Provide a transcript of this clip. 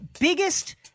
biggest